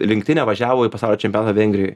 rinktinė važiavo į pasaulio čempionatą vengrijoj